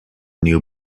new